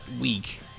week